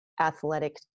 athletic